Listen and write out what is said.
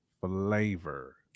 flavor